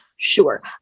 Sure